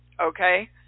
Okay